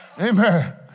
Amen